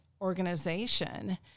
organization